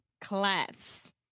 class